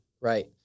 Right